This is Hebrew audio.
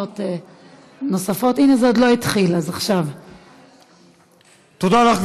תודה לך,